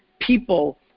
people